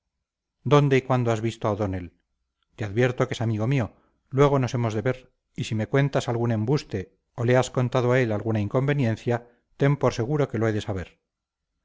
dónde y cuándo has visto a o'donnell te advierto que es amigo mío luego nos hemos de ver y si me cuentas algún embuste o le has contado a él alguna inconveniencia ten por seguro que lo he de saber